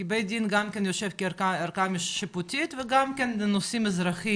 כי בית הדין יושב גם כערכה שיפוטית וגם כן בנושאים אזרחיים.